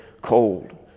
cold